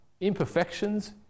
imperfections